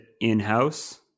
in-house